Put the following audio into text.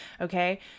Okay